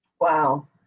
Wow